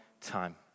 time